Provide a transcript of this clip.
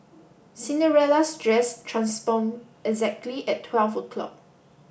Cinderella's dress transform exactly at twelve o'clock